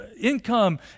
Income